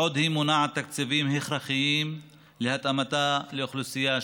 בעוד היא מונעת תקציבים הכרחיים להתאמתה לאוכלוסייה שהוכפלה.